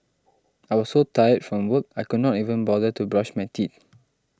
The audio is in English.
I was so tired from work I could not even bother to brush my teeth